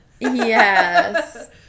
Yes